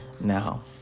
Now